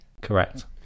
Correct